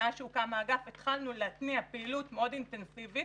מאז שהוקם האגף התחלנו להתניע פעילות מאוד אינטנסיבית.